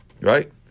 Right